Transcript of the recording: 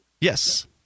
Yes